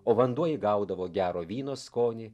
o vanduo įgaudavo gero vyno skonį